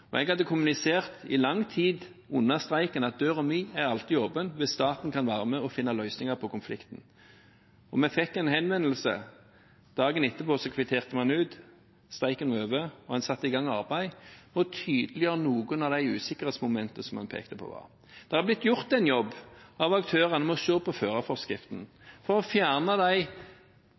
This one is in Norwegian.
Jeg hadde kommunisert i lang tid under streiken at døren min alltid er åpen hvis staten kan være med og finne løsninger på konflikten. Vi fikk en henvendelse. Dagen etterpå kvitterte man ut, streiken var over, og man satte i gang et arbeid for å tydeliggjøre noen av de usikkerhetsmomentene som man pekte på var der. Det er blitt gjort en jobb av aktørene med å se på førerforskriften for å fjerne de